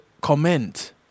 comment